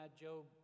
Job